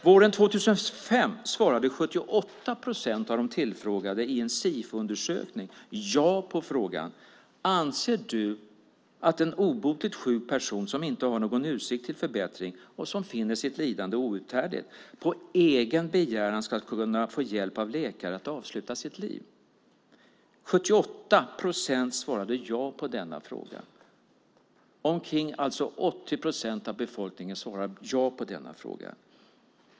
Våren 2005 svarade 78 procent av de tillfrågade i en Sifoundersökning ja på frågan: Anser du att en obotligt sjuk person som inte har någon utsikt till förbättring, och som finner sitt lidande outhärdligt, på egen begäran ska kunna få hjälp av läkare att avsluta sitt liv? 78 procent svarade ja på denna fråga. Det är alltså omkring 80 procent av befolkningen som svarar ja på denna fråga.